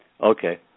Okay